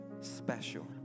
special